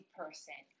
person